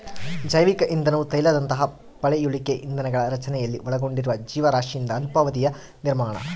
ಜೈವಿಕ ಇಂಧನವು ತೈಲದಂತಹ ಪಳೆಯುಳಿಕೆ ಇಂಧನಗಳ ರಚನೆಯಲ್ಲಿ ಒಳಗೊಂಡಿರುವ ಜೀವರಾಶಿಯಿಂದ ಅಲ್ಪಾವಧಿಯ ನಿರ್ಮಾಣ